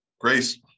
Grace